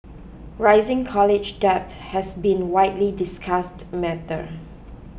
rising college debt has been a widely discussed matter